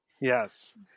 Yes